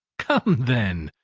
come, then,